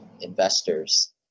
investors